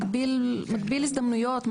מגביל הזדמנויות,